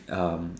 um